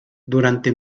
durante